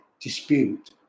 dispute